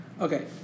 Okay